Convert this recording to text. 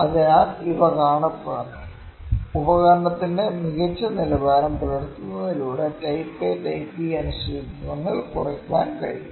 അതിനാൽ ഇവ കാണപ്പെടുന്നു ഉപകരണത്തിന്റെ മികച്ച നിലവാരം പുലർത്തുന്നതിലൂടെ ടൈപ്പ് എ ടൈപ്പ് ബി അനിശ്ചിതത്വങ്ങൾ കുറയ്ക്കാൻ കഴിയും